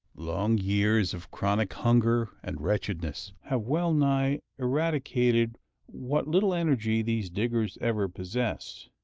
long years of chronic hunger and wretchedness have well-nigh eradicated what little energy these diggers ever possessed.